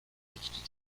each